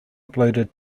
uploaded